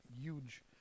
huge